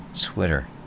Twitter